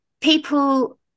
people